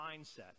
mindset